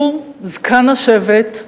הוא זקן השבט,